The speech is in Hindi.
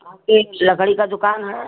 आपके लकड़ी का दुकान है